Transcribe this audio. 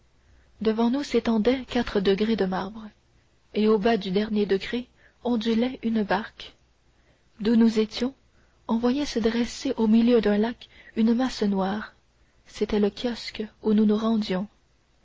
devant nous s'étendaient quatre degrés de marbre et au bas du dernier degré ondulait une barque d'où nous étions on voyait se dresser au milieu d'un lac une masse noire c'était le kiosque où nous nous rendions